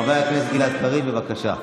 חבר הכנסת גלעד קריב, בבקשה.